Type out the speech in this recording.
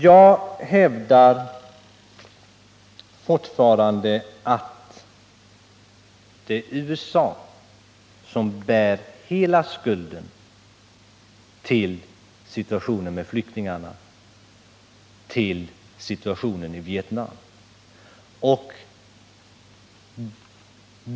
Jag hävdar fortfarande att det är USA som bär hela skulden till situationen med flyktingarna, till situationen i Vietnam.